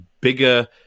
bigger